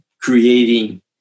creating